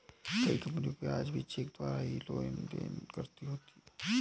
कई कपनियाँ आज भी चेक द्वारा ही लेन देन करती हैं